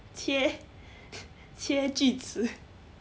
切切句子